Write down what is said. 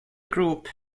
group